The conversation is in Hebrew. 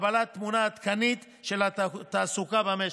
וקבלת תמונה עדכנית של התעסוקה במשק.